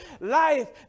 Life